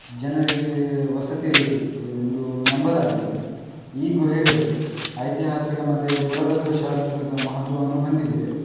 ಜನರಿಗೆ ವಸತಿ ಇರುತ್ತಿತ್ತು ಎಂದು ನಂಬಲಾಗಿದೆ ಈ ಗುಹೆಗಳು ಐತಿಹಾಸಿಕ ಮತ್ತು ಪುರಾತತ್ವ ಶಾಸ್ತ್ರದ ಮಹತ್ವವನ್ನು ಹೊಂದಿದೆ